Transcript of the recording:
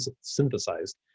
synthesized